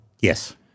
Yes